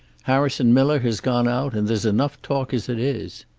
harrison miller has gone out, and there's enough talk as it is.